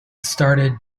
started